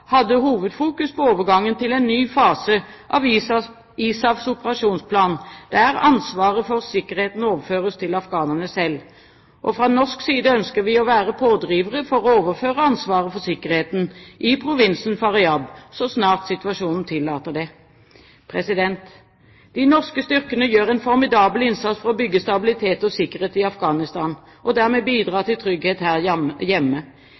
hadde hovedfokus på overgangen til en ny fase av ISAFs operasjonsplan, der ansvaret for sikkerheten overføres til afghanerne selv. Fra norsk side ønsker vi å være pådrivere for å overføre ansvaret for sikkerheten i provinsen Faryab så snart situasjonen tillater det. De norske styrkene gjør en formidabel innsats for å bygge stabilitet og sikkerhet i Afghanistan og dermed bidra til trygghet her hjemme.